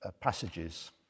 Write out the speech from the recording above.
passages